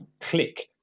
click